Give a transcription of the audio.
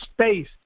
space